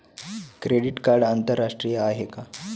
Credit card आंतरराष्ट्रीय आहे का?